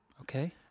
Okay